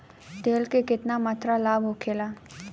तेल के केतना मात्रा लाभ होखेला?